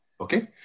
Okay